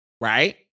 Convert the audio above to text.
Right